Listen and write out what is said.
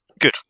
good